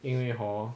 因为 hor